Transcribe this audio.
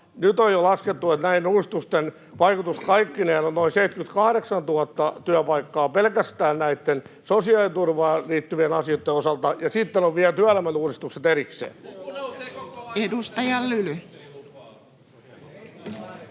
nyt on jo laskettu, että näiden uudistusten vaikutus kaikkineen on noin 78 000 työpaikkaa pelkästään näitten sosiaaliturvaan liittyvien asioitten osalta, ja sitten on vielä työelämän uudistukset erikseen. [Vasemmalta: